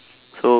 so